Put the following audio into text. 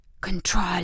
Control